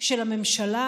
של הממשלה,